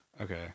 Okay